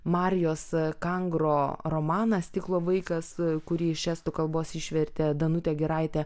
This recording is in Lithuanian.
marijos kangro romaną stiklo vaikas kurį iš estų kalbos išvertė danutė giraitė